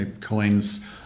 coins